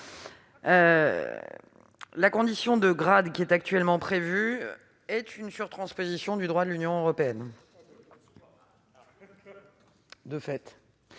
La condition de grade actuellement prévue est une surtransposition du droit de l'Union européenne. La